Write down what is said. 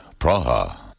Praha